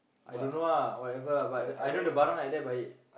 I don't know lah whatever lah but I know the barang at there baik